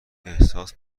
احساس